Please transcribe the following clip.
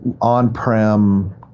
on-prem